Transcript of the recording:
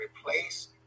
replace